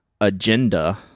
agenda